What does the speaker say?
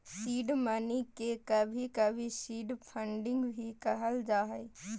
seed money के कभी कभी सीड फंडिंग भी कहल जा हय